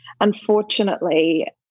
unfortunately